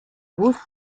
bus